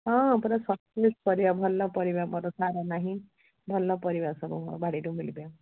ହଁ ପୁରା ସତେଜ ପରିବା ଭଲ ପରିବା ମୋର ସାର ନାହିଁ ଭଲ ପରିବା ସବୁ ମୋ ବାଡ଼ିରୁ ମିଳିବ